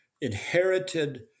inherited